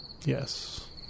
Yes